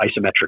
isometric